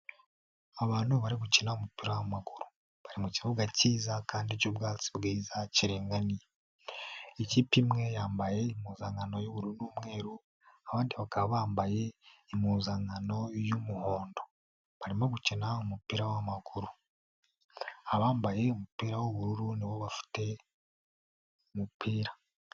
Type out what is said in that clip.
Abantu bari gukina umupira w'amaguru, bari mu kibuga kiza kandi cy'ubwatsi bwiza kiringaniye, ikipe imwe yambaye impuzankano y'ubururu n'umweru abandi bakaba bambaye impuzankano y'umuhondo, barimo gukina umupira w'amaguru, abambaye umupira w'ubururu ni bo bafite umupira.